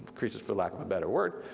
creatures for lack of a better word.